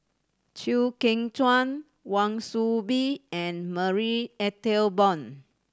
Chew Kheng Chuan Wan Soon Bee and Marie Ethel Bong